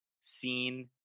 seen